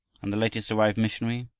and the latest arrived missionary?